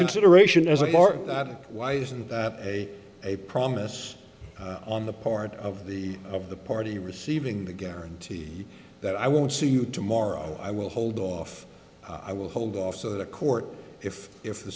consideration as a part of why isn't that a a promise on the part of the of the party receiving the guarantee that i won't see you tomorrow i will hold off i will hold off for the court if if